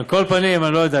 על כל פנים, אני לא יודע.